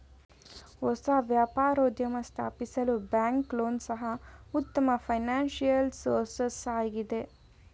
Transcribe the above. ಹೊಸ ವ್ಯಾಪಾರೋದ್ಯಮ ಸ್ಥಾಪಿಸಲು ಬ್ಯಾಂಕ್ ಲೋನ್ ಸಹ ಉತ್ತಮ ಫೈನಾನ್ಸಿಯಲ್ ಸೋರ್ಸಸ್ ಆಗಿದೆ